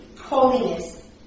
holiness